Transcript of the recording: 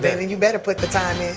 then and you better put the time in.